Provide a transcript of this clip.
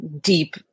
deep